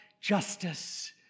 justice